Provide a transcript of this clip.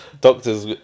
Doctors